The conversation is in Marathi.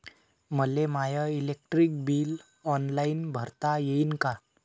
मले माय इलेक्ट्रिक बिल ऑनलाईन भरता येईन का?